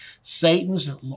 Satan's